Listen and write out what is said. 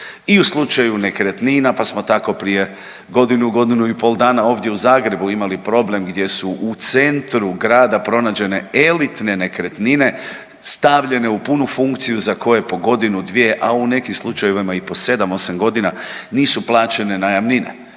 i u slučaju nekretnina, pa smo tako prije godinu, godinu i pol dana ovdje u Zagrebu imali problem gdje su u centru grada pronađene elitne nekretnine stavljene u punu funkciju za koje po godinu, dvije a u nekim slučajevima i po 7, 8 godina nisu plaćene najamnine.